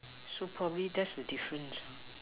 so probably that's the difference